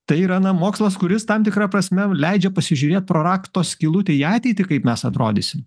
tai yra na mokslas kuris tam tikra prasme leidžia pasižiūrėt pro rakto skylutę į ateitį kaip mes atrodysim